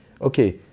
Okay